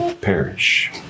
perish